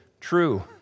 true